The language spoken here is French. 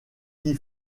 qui